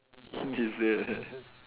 is it